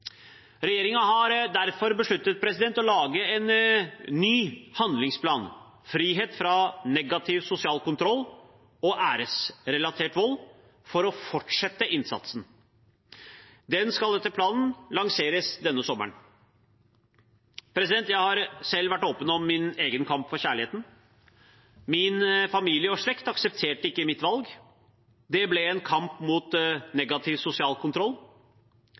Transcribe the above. har derfor besluttet å lage en ny handlingsplan, Frihet fra negativ sosial kontroll og æresrelatert vold, for å fortsette innsatsen. Den skal etter planen lanseres denne sommeren. Jeg har selv vært åpen om min egen kamp for kjærligheten. Min familie og slekt aksepterte ikke mitt valg. Det ble en kamp mot negativ sosial kontroll.